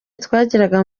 twagiraga